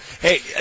Hey